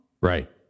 right